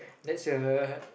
that's a